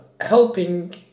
helping